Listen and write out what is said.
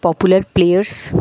popular players